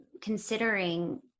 considering